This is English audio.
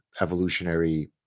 evolutionary